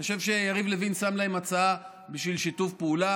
אני חושב שיריב לוין שם להם הצעה בשביל שיתוף פעולה.